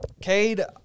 Cade